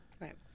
Right